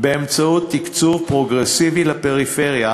באמצעות תקצוב פרוגרסיבי לפריפריה,